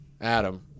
Adam